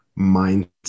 mindset